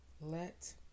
let